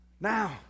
Now